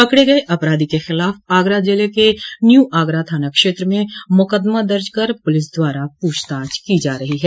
पकड़े गये अपराधी के खिलाफ आगरा जिले के न्यू आगरा थाना क्षेत्र में मुकदमा दर्ज कर पुलिस द्वारा पूछताछ की जा रही है